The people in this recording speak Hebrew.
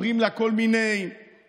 מספרים לה כל מיני סיפורים.